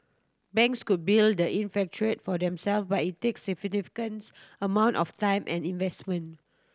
banks could build that infrastructure for themselves but it takes significant amounts of time and investment